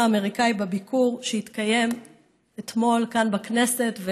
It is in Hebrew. האמריקני בביקור שהתקיים אתמול כאן בכנסת,